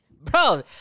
bro